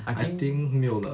I think 没有了